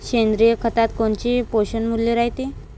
सेंद्रिय खतात कोनचे पोषनमूल्य रायते?